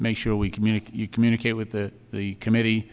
make sure we communicate you communicate with the the comm